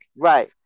right